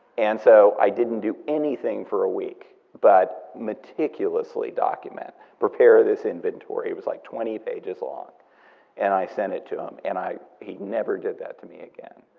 and so i didn't do anything for ah week but meticulously document, prepare this inventory. it was like twenty pages long and i sent it to him and he never did that to me again.